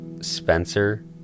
Spencer